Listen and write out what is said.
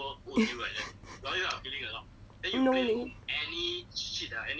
no leh